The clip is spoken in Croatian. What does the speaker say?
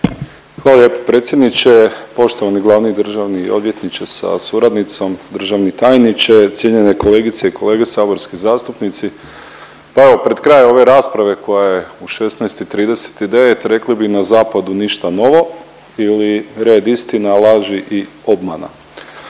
Hvala lijepo predsjedniče. Poštovani glavni državni odvjetniče sa suradnicom, državni tajniče, cijenjene kolegice i kolege saborski zastupnici, pa evo pred kraj ove rasprave koja je u 16 i 39 rekli bi na zapadu ništa novo ili red istina, laži i obmana.